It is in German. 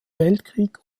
weltkrieg